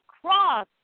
cross